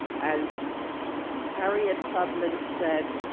as harriet tubman said,